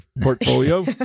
portfolio